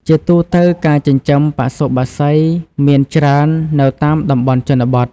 ជាទូទៅ ការចិញ្ចឹមបសុបក្សីមាន់ទាមានច្រើននៅតាមតំបន់ជនបទ